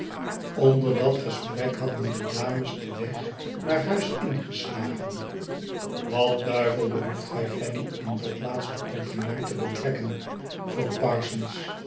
onder dat gesprek hadden de dames den weg naar huis ingeslagen wat duivel behoefdet gij fanny in dat laatste compliment te betrekken vroeg parsons